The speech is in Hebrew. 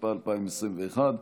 התשפ"א 2021,